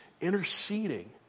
interceding